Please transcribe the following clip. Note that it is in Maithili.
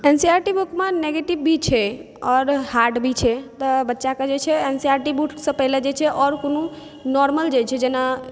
N C E R T बुकमे निगेटिव भी छै आओर हार्ड भी छै तऽ बच्चाके जे छै N C E R T बुकसँ पहिले जे छै से आर कोनो नार्मल जे छै जेना